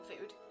food